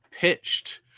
pitched